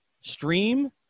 stream